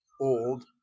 old